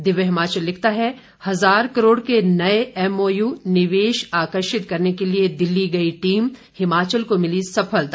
दिव्य हिमाचल लिखता है हज़ार करोड़ के नए एमओयू निवेश आकर्षित करने के लिए दिल्ली गई टीम हिमाचल को मिली सफलता